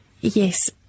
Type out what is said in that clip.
Yes